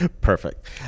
Perfect